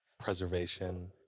preservation